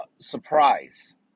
surprise